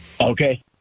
Okay